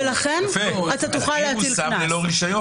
יפה, ולכן אתה תוכל להטיל קנס.